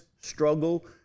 struggle